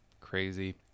Crazy